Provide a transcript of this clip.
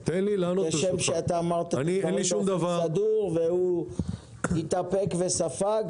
כשם שאתה אמרת --- באופן סדור והוא התאפק וספג,